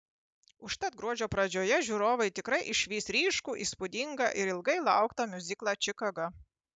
užtat gruodžio pradžioje žiūrovai tikrai išvys ryškų įspūdingą ir ilgai lauktą miuziklą čikaga